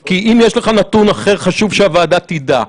כי אם יש לך נתון אחר, חשוב שהוועדה תדע.